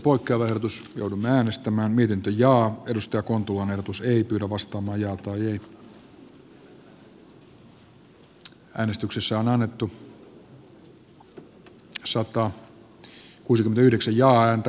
yliopiston tulee huolehtia siitä että näihin eri hakijaryhmiin kuuluvien mahdollisuudet opiskelupaikan saamiseen eivät muodostu hakijoiden yhdenvertaisuuden kannalta kohtuuttoman erilaisiksi